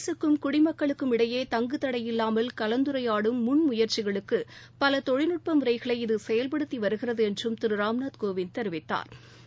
அரசுக்கும் குடிமக்களுக்கும் இடையே தங்குதடையில்லாமல் கலந்துரையாடும் முன் முயற்சிகளுக்கு பல தொழில்நுட்ப முறைகளை இது செயல்படுத்தி வருகிறது என்றும் திரு ராம்நாத் கோவிந்த் தெரிவித்தாா்